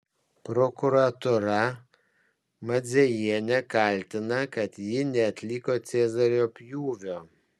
prokuratūra madzajienę kaltina kad ji neatliko cezario pjūvio